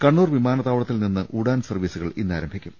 കണ്ണൂർ വിമാനത്താവളത്തിൽ നിന്ന് ഉഡാൻ സർവീസുകൾ ഇന്നാരംഭിക്കും